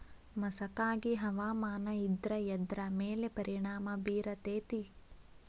ಮಸಕಾಗಿ ಹವಾಮಾನ ಇದ್ರ ಎದ್ರ ಮೇಲೆ ಪರಿಣಾಮ ಬಿರತೇತಿ?